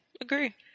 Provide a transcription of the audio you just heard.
agree